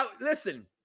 listen